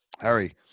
Harry